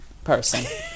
Person